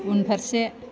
उनफारसे